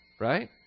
right